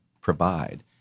provide